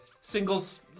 singles